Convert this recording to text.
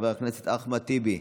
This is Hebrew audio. חבר הכנסת אחמד טיבי,